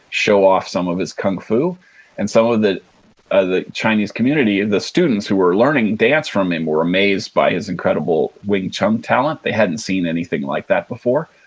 show off some of his kung fu and some of ah the chinese community, and the students who were learning dance from him, were amazed by his incredible wing chun talent. they hadn't seen anything like that before.